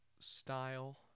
style